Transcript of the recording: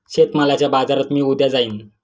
शेतमालाच्या बाजारात मी उद्या जाईन